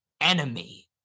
Enemy